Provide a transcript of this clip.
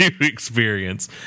experience